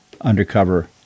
undercover